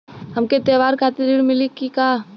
हमके त्योहार खातिर ऋण मिली का?